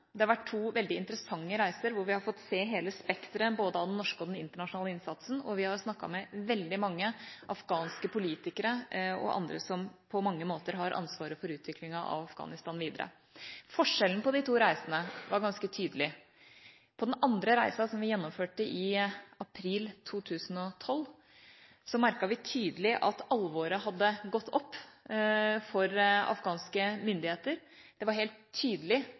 Det har vært to veldig interessante reiser hvor vi har fått se hele spekteret både av den norske og den internasjonale innsatsen, og vi har snakket med veldig mange afghanske politikere og andre som på mange måter har ansvaret for utviklingen av Afghanistan videre. Forskjellen på de to reisene var ganske tydelig. På den andre reisen, som vi gjennomførte i april 2012, merket vi tydelig at alvoret hadde gått opp for afghanske myndigheter. Det var helt tydelig